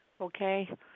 Okay